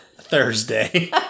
Thursday